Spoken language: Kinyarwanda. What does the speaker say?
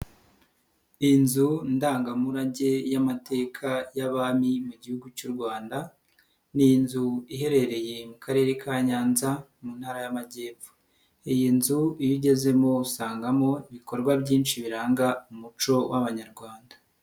Inzu ndangamurage y'amateka y'abami mu gihugu cy'u Rwanda, ni inzu iherereye mu karere ka Nyanza mu ntara y'Amajyepfo. Iyi nzu iyo ugezemo usangamo ibikorwa byinshi biranga umuco w'abanyarwanda.